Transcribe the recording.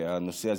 והנושא הזה,